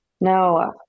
No